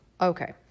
Okay